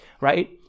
right